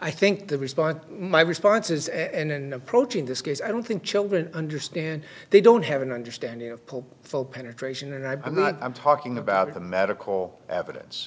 i think the response my responses and approach in this case i don't think children understand they don't have an understanding of pull full penetration and i'm not i'm talking about the medical evidence